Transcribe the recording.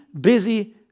busy